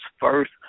first